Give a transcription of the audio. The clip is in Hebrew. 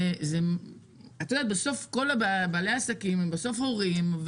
בסוף בעלי העסקים הם גם הורים,